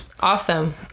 Awesome